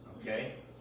Okay